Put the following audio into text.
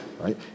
right